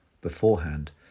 beforehand